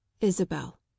Isabel